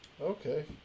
Okay